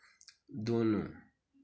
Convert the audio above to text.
दोनों